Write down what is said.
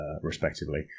respectively